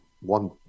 one